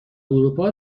اروپا